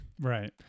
Right